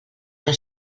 que